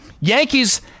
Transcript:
Yankees